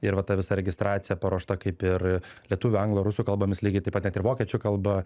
ir va ta visa registracija paruošta kaip ir lietuvių anglų rusų kalbomis lygiai taip pat net ir vokiečių kalba